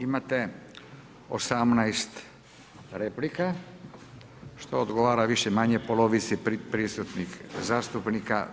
Imate 18 replika što odgovara više-manje polovici prisutnih zastupnika.